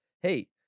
hey